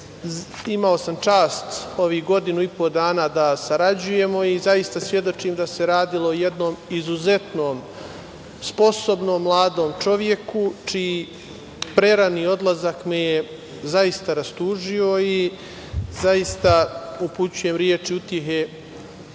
Imao sam čast ovih godinu i po dana da sarađujemo i zaista svedočim da se radilo o jednom izuzetno sposobnom, mladom čoveku, čiji prerani odlazak me je zaista rastužio i upućujem reči utehe